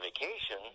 vacation